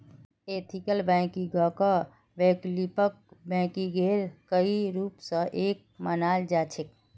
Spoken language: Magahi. एथिकल बैंकिंगक वैकल्पिक बैंकिंगेर कई रूप स एक मानाल जा छेक